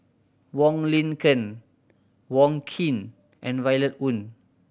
Wong Lin Ken Wong Keen and Violet Oon